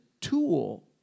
tool